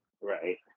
Right